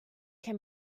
can